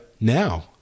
now